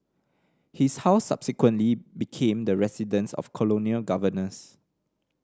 his house subsequently became the residence of colonial governors